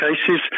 cases